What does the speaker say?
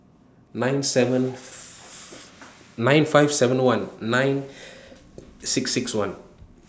nine five seven one nine six six one